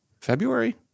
February